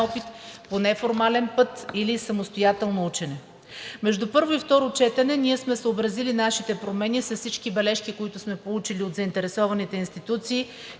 опит по неформален път или самостоятелно учене. Между първо и второ четене ние сме съобразили нашите промени с всички бележки, които сме получили от заинтересованите институции,